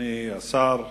אדוני שר הדתות,